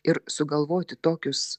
ir sugalvoti tokius